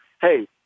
Hey